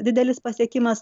didelis pasiekimas